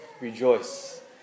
Rejoice